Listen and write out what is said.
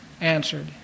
answered